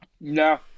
No